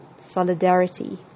solidarity